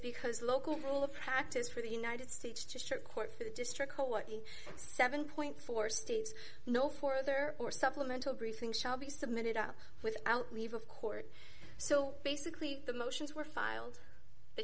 because local rule of practice for the united states district court for the district court in seven dollars states no further or supplemental briefing shall be submitted up without leave of court so basically the motions were filed the